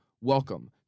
Welcome